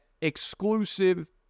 exclusive